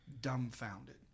dumbfounded